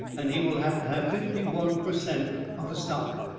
and he will have to have fifty-one per cent. of the stock,